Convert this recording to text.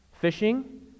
Fishing